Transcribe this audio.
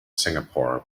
singapore